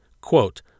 Quote